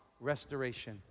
restoration